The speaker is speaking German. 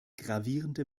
gravierende